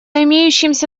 имеющимся